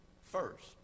first